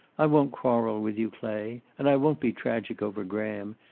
i won't quarrel with you, clay. and i won't be tragic over graham.